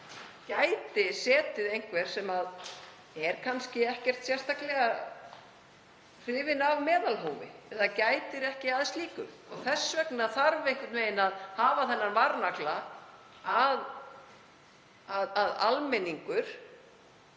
gæti setið einhver sem er kannski ekkert sérstaklega hrifinn af meðalhófi eða gætir ekki að slíku. Þess vegna þarf einhvern veginn að hafa þann varnagla að almenningur